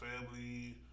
family